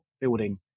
building